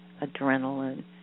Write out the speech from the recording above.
adrenaline